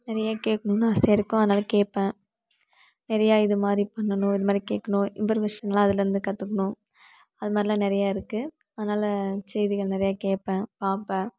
நிறையா கேட்கணுன்னு ஆசையாக இருக்கும் அதனால கேட்பன் நிறையா இதுமாதிரி பண்ணனும் இதுமாதிரி கேட்கணும் இன்பர்மேஷன்லாம் அதுலருந்து கற்றுக்குணும் அதுமாரிலான் நிறையா இருக்கு அதனால செய்திகள் நிறையா கேட்பன் பார்ப்பன்